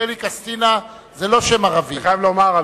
נדמה לי ש"קסטינה" זה לא שם ערבי.